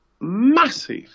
massive